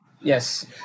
Yes